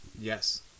Yes